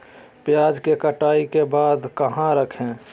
प्याज के कटाई के बाद कहा रखें?